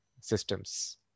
systems